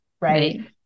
right